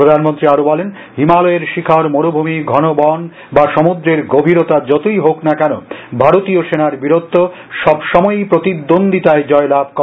প্রধানমন্ত্রী আরো বলেন হিমালয়ের শিখর মরুভূমি ঘন বন বা সমুদ্রের গভীরতা যতই হোক না কেন ভারতীয় সেনার বীরত্ব সবসময়ই প্রতিদ্বন্দিতায় জয়লাভ করে